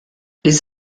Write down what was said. les